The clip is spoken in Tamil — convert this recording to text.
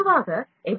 பொதுவாக எஃப்